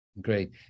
Great